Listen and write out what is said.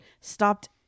stopped